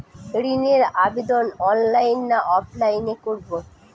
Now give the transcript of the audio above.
ঋণের আবেদন অনলাইন না অফলাইনে করব?